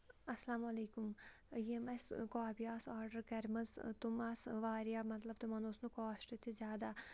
اَسَلامُ علیکُم یِم اَسہِ کوپی آسہٕ آرڈر کَرِمَژٕ تِم آسہٕ وارِیاہ مطلب تِمَن اوس نہٕ کاسٹ تہِ زیادٕ